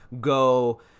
go